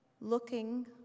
looking